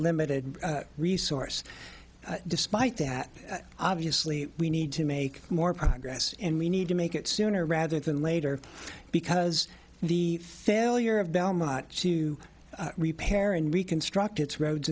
limited resource despite that obviously we need to make more progress and we need to make it sooner rather than later because the failure of belmont to repair and reconstruct its roads